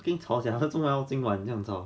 I think 吵 sia 是这样今晚这样遭